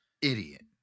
Idiot